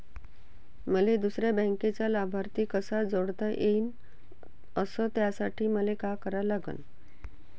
मले दुसऱ्या बँकेचा लाभार्थी कसा जोडता येईन, अस त्यासाठी मले का करा लागन?